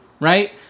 right